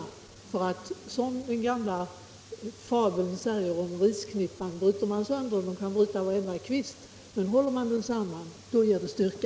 Och vi visste och vet alltjämt att det är rätt som den gamle fadern sade om risknippan, att om man delar den kan man bryta varenda kvist, men håller man knippan samman så ger det styrka.